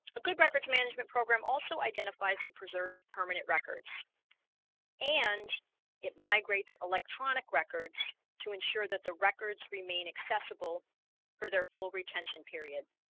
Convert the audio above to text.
a good records management program also identifies and preserves permanent records and it migrates electronic records to ensure that the records remain accessible for their full retention periods